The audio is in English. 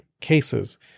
cases